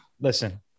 listen